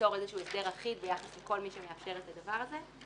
ליצור איזשהו הסדר אחיד ביחס לכל מי שמאפשר את הדבר הזה.